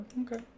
okay